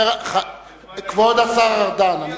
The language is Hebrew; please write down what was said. כבוד השר ארדן.